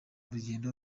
rugendo